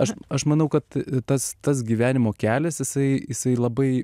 aš aš manau kad tas tas gyvenimo kelias jisai jisai labai